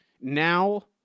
now